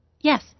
Yes